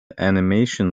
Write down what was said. animation